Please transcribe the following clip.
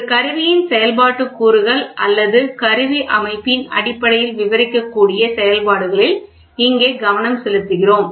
ஒரு கருவியின் செயல்பாட்டு கூறுகள் அல்லது கருவி அமைப்பின் அடிப்படையில் விவரிக்கக்கூடிய செயல்பாடுகளில் இங்கே கவனம் செலுத்துகிறோம்